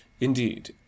Indeed